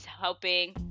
helping